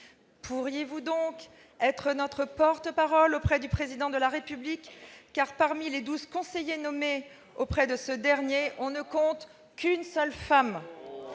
Pourriez-vous donc être notre porte-parole auprès du Président de la République, car, parmi les douze conseillers nommés auprès de lui, on ne compte qu'une seule femme